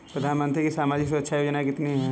प्रधानमंत्री की सामाजिक सुरक्षा योजनाएँ कितनी हैं?